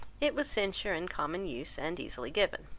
it was censure in common use, and easily given.